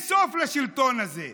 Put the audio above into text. יש סוף לשלטון הזה.